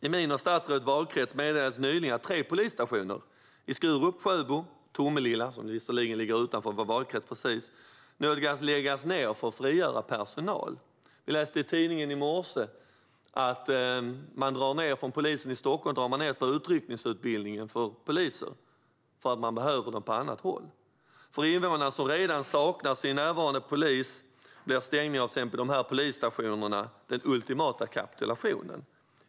I min och statsrådets valkrets meddelades nyligen att tre polisstationer, de i Skurup, i Sjöbo och i Tomelilla, som visserligen ligger precis utanför vår valkrets, fått läggas ned för att frigöra personal. Vi läste i tidningen i morse att man hos polisen i Stockholm drar ned på utryckningsutbildningen för poliser för att man behöver dem på annat håll. För invånare som redan saknar sin närvarande polis blir stängningen av polisstationerna den ultimata kapitulationen.